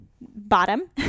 bottom